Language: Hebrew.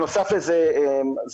טורבינות רוח,